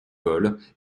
vols